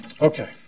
Okay